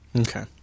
Okay